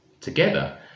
Together